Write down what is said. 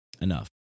Enough